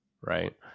right